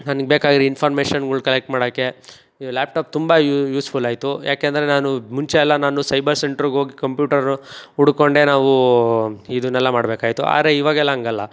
ನನಗೆ ಬೇಕಾಗಿರೋ ಇನ್ಫಾರ್ಮೇಶನ್ಗಳು ಕಲೆಕ್ಟ್ ಮಾಡೋಕ್ಕೆ ಲ್ಯಾಪ್ ಟಾಪ್ ತುಂಬ ಯೂಸ್ಫುಲ್ಲಾಯ್ತು ಏಕೆಂದ್ರೆ ನಾನು ಮುಂಚೆಯೆಲ್ಲ ನಾನು ಸೈಬರ್ ಸೆಂಟ್ರ್ಗೋಗಿ ಕಂಪ್ಯೂಟರ ಹುಡುಕೊಂಡೆ ನಾವು ಇದನ್ನೆಲ್ಲ ಮಾಡಬೇಕಾಗಿತ್ತು ಆರೆ ಇವಾಗೆಲ್ಲ ಹಂಗಲ್ಲ